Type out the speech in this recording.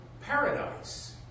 paradise